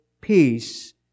peace